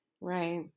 Right